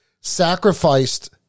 sacrificed